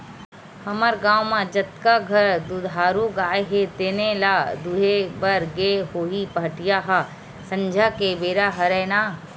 हमर गाँव म जतका घर दुधारू गाय हे तेने ल दुहे बर गे होही पहाटिया ह संझा के बेरा हरय ना